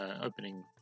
opening